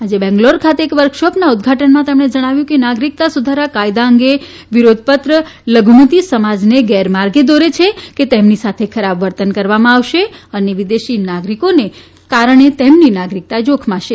આજ બેંગ્લોર ખાતે એક વર્કશોપના ઉદઘાટનમાં તેમણે જણાવ્યું હતું કે નાગરિકત્વ સુધારા કાયદા અંગે વિરોધ પત્ર લધુમતિ સમાજને ગેરમાર્ગે દોરે છે કે તેમની સાથે ખરાબ વર્તન કરવામાં આવશે અને વિદેશી નાગરિકોને કારણે તેમની નાગરિકતા જોખમાશે